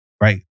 right